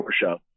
show